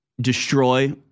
destroy